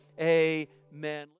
amen